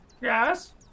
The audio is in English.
yes